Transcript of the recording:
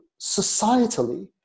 societally